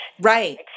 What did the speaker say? Right